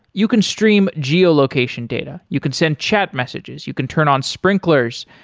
you can stream geo-location data. you can send chat messages, you can turn on sprinklers,